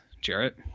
Jarrett